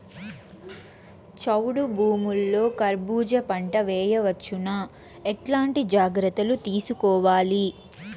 చౌడు భూముల్లో కర్బూజ పంట వేయవచ్చు నా? ఎట్లాంటి జాగ్రత్తలు తీసుకోవాలి?